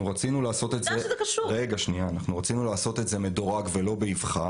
אנחנו רצינו לעשות את זה מדורג ולא באבחה,